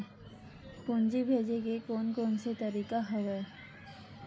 पूंजी भेजे के कोन कोन से तरीका हवय?